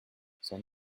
son